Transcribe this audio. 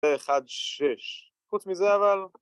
‫באחד שש. ‫חוץ מזה, אבל...